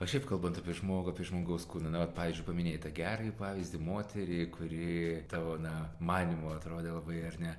o šiaip kalbant apie žmogų apie žmogaus kūną na vat pavyzdžiui paminėjai tą gerąjį pavyzdį moterį kuri tavo na manymu atrodė labai ar ne